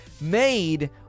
made